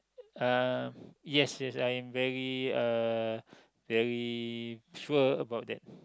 uh yes yes I am very uh very sure about that